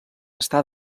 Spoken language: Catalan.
està